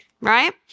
Right